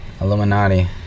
Illuminati